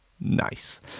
nice